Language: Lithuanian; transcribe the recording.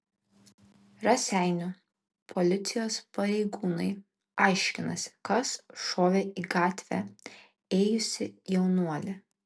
raseinių policijos pareigūnai aiškinasi kas šovė į gatve ėjusį jaunuolį